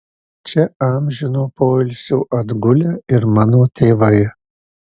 čia amžino poilsio atgulę ir mano tėvai